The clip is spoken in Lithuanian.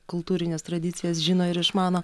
kultūrines tradicijas žino ir išmano